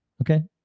Okay